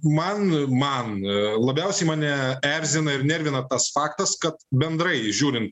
man man labiausiai mane erzina ir nervina tas faktas kad bendrai žiūrint